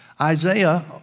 Isaiah